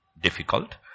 difficult